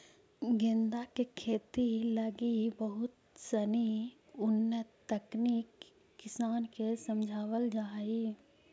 गेंदा के खेती लगी बहुत सनी उन्नत तकनीक किसान के समझावल जा हइ